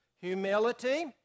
humility